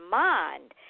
mind